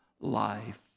life